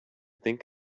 think